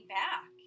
back